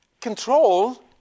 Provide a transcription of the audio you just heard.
control